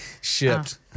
shipped